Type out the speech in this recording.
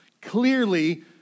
Clearly